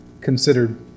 considered